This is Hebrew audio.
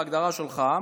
בהגדרה שלך,